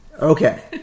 Okay